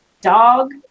dog